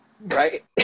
right